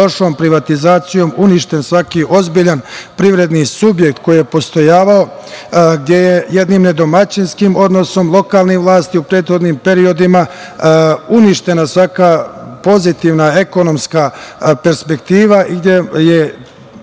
privatizacijom uništen svaki ozbiljan privredni subjekt koji je postojavao, gde je jednim nedomaćinskim odnosom lokalnih vlasti u prethodnim periodima uništena svaka pozitivna ekonomska perspektiva i gde je